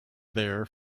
there